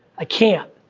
i can't,